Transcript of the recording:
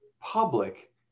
public